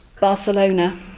Barcelona